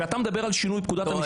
וגם בנימוס.